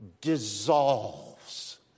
dissolves